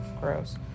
Gross